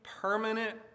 permanent